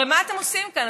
הרי מה אתם עושים כאן?